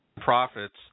Profits